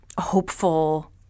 hopeful